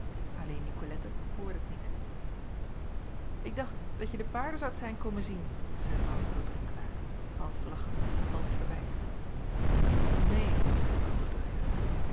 lleen icolette hoorde t niet k dacht dat je de paarden zoudt zijn komen zien zeî aurits tot renkelaer half lachende half verwijtende een antwoordde